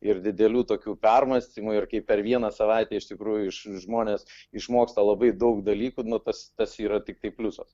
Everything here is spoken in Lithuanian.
ir didelių tokių permąstymų ir kaip per vieną savaitę iš tikrųjų žmonės išmoksta labai daug dalykų nu tas tas yra tiktai pliusas